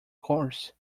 course